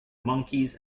monkeys